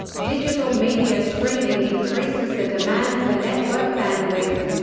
digital media streaming increases the demand for network bandwidth.